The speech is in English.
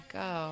go